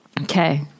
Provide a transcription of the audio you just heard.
Okay